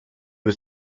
was